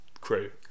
crew